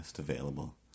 Available